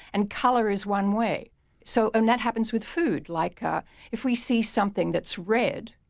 and color is one way so um that happens with food. like ah if we see something that's red,